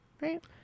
Right